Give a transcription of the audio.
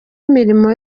imirimo